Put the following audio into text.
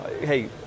hey